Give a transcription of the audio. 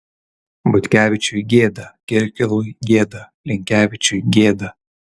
butkevičiui gėda kirkilui gėda linkevičiui gėda